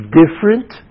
different